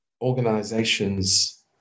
organizations